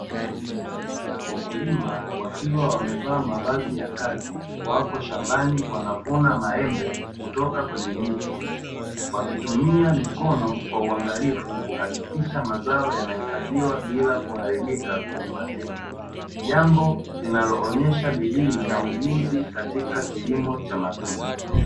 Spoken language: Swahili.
Wakulima wakiwa wamevaa mavazi ya kazi wapo shambani wanavuna maembe kutoka kwenye miti, wakitumia mikono kwa uangalifu kuhakikisha mazao yanahifadhiwa bila kuharibika kwenye matenga, jambo linaloonyesha bidii na ujuzi katika kilimo cha matunda.